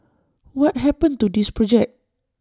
what happened to this project